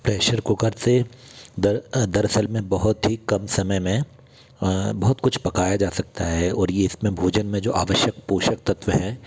pressure cooker से दर दरअसल में बहुत ही कम समय में बहुत कुछ पकाया जा सकता है और ये इसमें भोजन में जो आवश्यक पोषक तत्व हैं